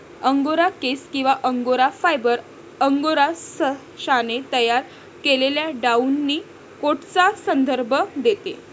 angora केस किंवा angora fibre, angora सशाने तयार केलेल्या डाउनी कोटचा संदर्भ देते